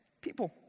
people